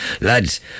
Lads